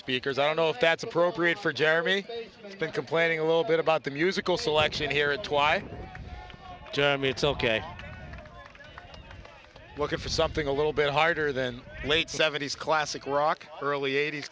speakers i don't know if that's appropriate for jeremy i've been complaining a little bit about the musical selection here at twice germy it's ok looking for something a little bit harder than late seventies classic rock early eighties